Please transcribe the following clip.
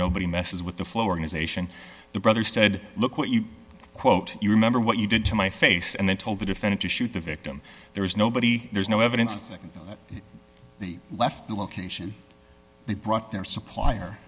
nobody messes with the flow organization the brother said look what you quote you remember what you did to my face and then told the defendant to shoot the victim there is nobody there's no evidence that the left the location they brought their supplier